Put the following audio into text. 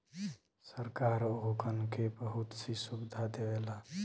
सरकार ओगन के बहुत सी सुविधा देवला